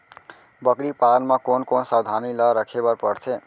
बकरी पालन म कोन कोन सावधानी ल रखे बर पढ़थे?